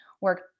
work